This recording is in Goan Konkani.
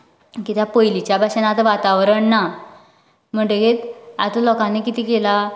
कित्याक पयलीच्या भशेन आता वातावरण ना म्हणटकीर आता लोकांनी कितें केला